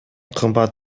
кымбат